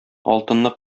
алтынны